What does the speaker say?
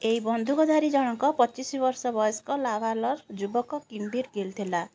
ଏହି ବନ୍ଧୁକଧାରୀ ଜଣକ ପଚିଶ ବର୍ଷ ବୟସ୍କ ଲାଭାଲ୍ର ଯୁବକ କିମ୍ଭୀର୍ ଗିଲ୍ ଥିଲା